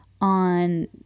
on